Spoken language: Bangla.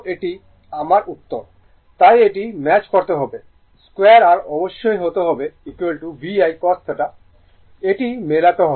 সুতরাং এটি ম্যাচ করতে হবে I স্কোয়ার r অবশ্যই হতে হবে V I cos theta এটি মেলাতে হবে